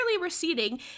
receding